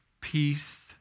peace